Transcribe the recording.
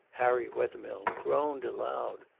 harry wethermill groaned aloud.